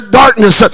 darkness